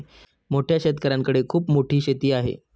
मोठ्या शेतकऱ्यांकडे खूप मोठी शेती आहे